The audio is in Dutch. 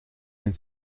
zijn